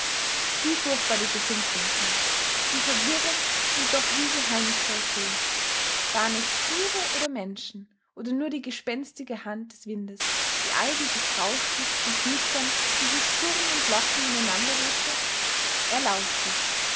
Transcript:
wie furchtbar diese finsternis war wie verwirrend und doch wie geheimnisvoll schön waren es tiere oder menschen oder nur die gespenstige hand des windes die all dieses rauschen und knistern dieses surren und locken ineinanderwebte er lauschte